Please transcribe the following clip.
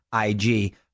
IG